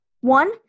One